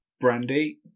Brandy